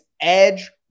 edge